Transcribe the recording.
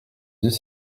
dix